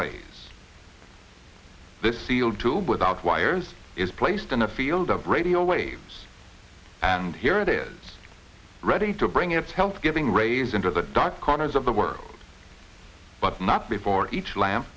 rays this sealed tube without wires is placed in a field of radio waves and here it is ready to bring its health giving rays into the dark corners of the world but not before each lam